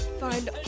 Find